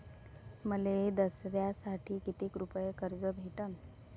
मले दसऱ्यासाठी कितीक रुपये कर्ज भेटन?